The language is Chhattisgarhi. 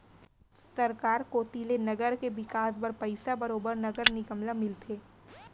सरकार कोती ले नगर के बिकास बर पइसा बरोबर नगर निगम ल मिलथे